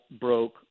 broke